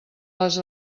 les